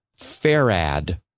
farad